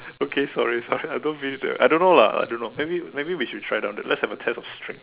okay sorry sorry I don't mean that I do know lah I don't know maybe maybe we try it out let's have a test of strength